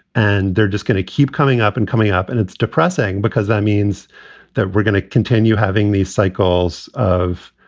and they're just going to keep coming up and coming up. and it's depressing because that means that we're going to continue having these cycles of,